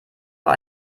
vor